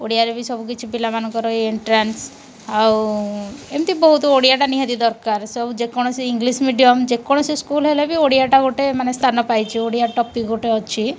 ଓଡ଼ିଆରେ ବି ସବୁକିଛି ପିଲାମାନଙ୍କର ଏନ୍ଟ୍ରାନ୍ସ୍ ଆଉ ଏମିତି ବହୁତ ଓଡ଼ିଆଟା ନିହାତି ଦରକାର ସବୁ ଯେକୌଣସି ଇଂଲିଶ୍ ମିଡ଼ିଅମ୍ ଯେକୌଣସି ସ୍କୁଲ୍ ହେଲେ ବି ଓଡ଼ିଆଟା ଗୋଟେ ମାନେ ସ୍ଥାନ ପାଇଛି ଓଡ଼ିଆ ଟପିକ୍ ଗୋଟିଏ ଅଛି